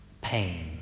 pain